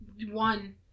one